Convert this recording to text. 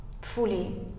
fully